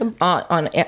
on